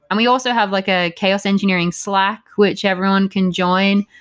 and we also have like a chaos engineering slack, which everyone can join.